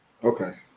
Okay